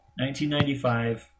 1995